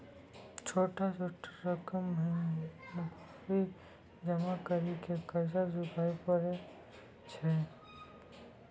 छोटा छोटा रकम महीनवारी जमा करि के कर्जा चुकाबै परए छियै?